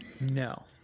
no